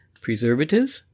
preservatives